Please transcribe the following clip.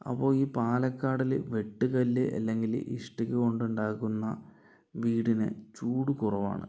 അപ്പോൾ ഈ പാലക്കാടിൽ വെട്ടുകല്ല് അല്ലെങ്കിൽ ഇഷ്ടിക കൊണ്ടുണ്ടാക്കുന്ന വീടിന് ചൂട് കുറവാണ്